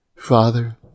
Father